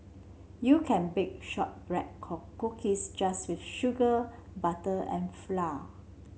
you can bake shortbread cookies just with sugar butter and flour